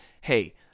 hey